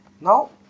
Now